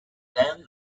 then